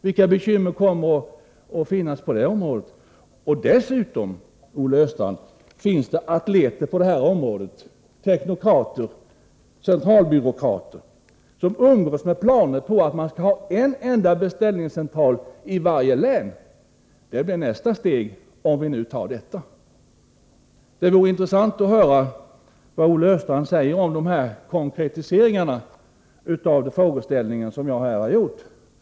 Vilka bekymmer kommer att uppstå i det avseendet? Dessutom, Olle Östrand, finns det atleter på detta område, teknokrater och centralbyråkrater, som umgås med planer på att man skall ha en enda beställningscentral i varje län. Det blir nästa steg, om vi nu tar detta. Det vore intressant att höra vad Olle Östrand säger om dessa konkretiseringar av mina frågeställningar.